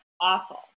Awful